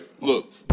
Look